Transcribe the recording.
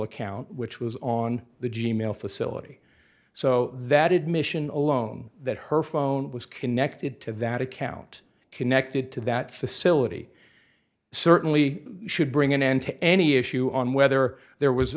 account which was on the g mail facility so that admission a loan that her phone was connected to that account connected to that facility certainly should bring an end to any issue on whether there was